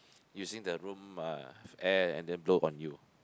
using the room uh air and then blow on you